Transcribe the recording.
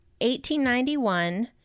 1891